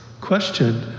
Question